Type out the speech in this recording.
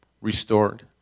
restored